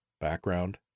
background